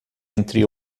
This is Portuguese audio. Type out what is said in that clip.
entre